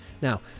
Now